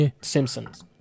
Simpsons